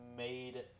Made